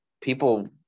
people